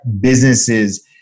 businesses